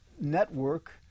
network